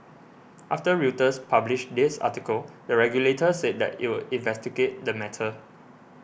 after Reuters published this article the regulator said that it would investigate the matter